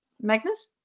Magnus